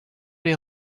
les